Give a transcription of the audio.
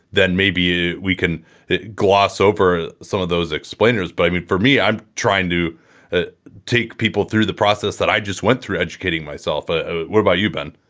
then maybe we can gloss over some of those explainers. but i mean, for me, i'm trying to ah take people through the process that i just went through educating myself. ah what about you, ben?